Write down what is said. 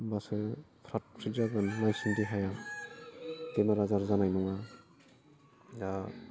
होनबासो फ्रात फ्रित जागोन होनबासो देहाया बेमार आजार जानाय नङा दा